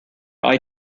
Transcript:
eye